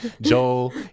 Joel